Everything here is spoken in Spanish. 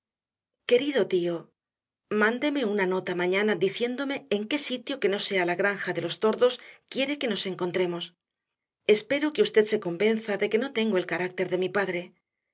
querido tío mándeme una nota mañana diciéndome en qué sitio que no sea la granja de los tordos quiere que nos encontremos espero que usted se convenza de que no tengo el carácter de mi padre